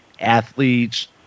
athletes